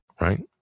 right